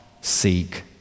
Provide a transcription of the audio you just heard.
seek